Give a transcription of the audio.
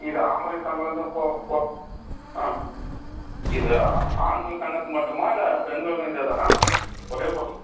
இது ஆம்பளைங்கள் சங்கம் இருக்குது பொ பொ ஆ இது ஆண்கள் சங்கத்துக்கு மட்டுமா இல்லை பெண்களுக்கும் இதேதானா ஒரே ப்ரொஸ்